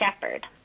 Shepherd